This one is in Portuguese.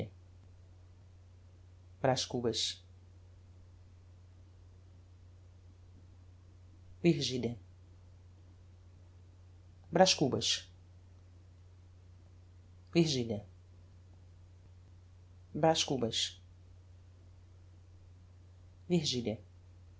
braz cubas virgilia braz cubas virgilia braz cubas virgilia